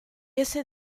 ese